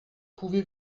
pouvez